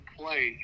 play